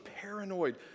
paranoid